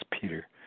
Peter